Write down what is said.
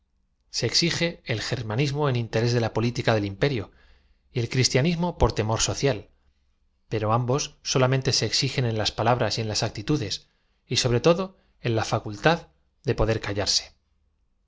se exige el ger maniamo en interés de la política del im perio y el cristianismo por temor social pero ambos solamente se exigen en las palabras y en las actitudes y sobre todo en la facultad de poder callarse